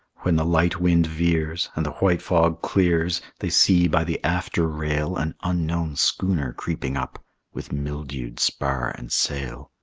when the light wind veers, and the white fog clears, they see by the after rail an unknown schooner creeping up with mildewed spar and sail.